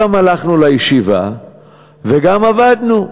גם הלכנו לישיבה וגם עבדנו,